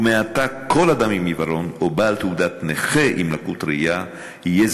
ומעתה כל אדם עם עיוורון או בעל תעודת נכה עם לקות ראייה יהיה